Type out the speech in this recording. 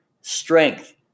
strength